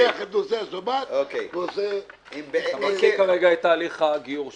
לוקח את נושא השבת --- אתה --- את תהליך הגיור שלו.